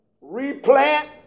replant